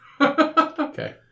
Okay